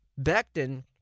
Becton